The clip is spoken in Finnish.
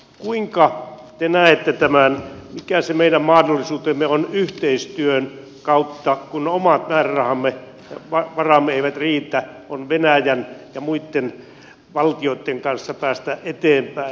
kuinka te näette tämän mikä se meidän mahdollisuutemme on yhteistyön kautta kun omat määrärahamme eivät riitä venäjän ja muitten valtioitten kanssa päästä eteenpäin